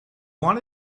want